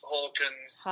Hawkins